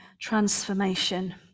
transformation